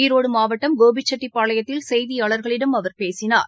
ஈரோடுமாவட்டம் கோபிச்செட்டிப்பாளையத்தில் செய்தியாளர்களிடம் அவர் பேசினார்